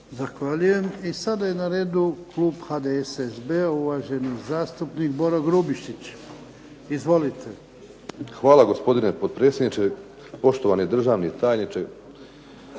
Zahvaljujem. I sada je na redu klub HDSSB-a, uvaženi zastupnik Boro Grubišić. Izvolite. **Grubišić, Boro (HDSSB)** Hvala, gospodine potpredsjedniče. Poštovani državni tajniče,